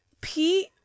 Pete